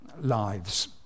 lives